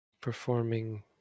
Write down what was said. performing